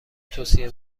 توصیه